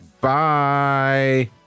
Bye